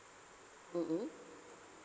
mm mm